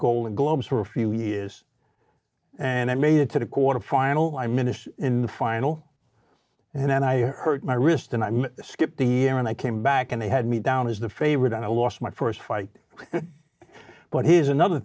golden globes for a few years and i made it to the quarterfinal i missed in the final and then i hurt my wrist and i'm skip the year and i came back and they had me down as the favorite and i lost my first fight but here's another